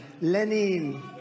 Lenin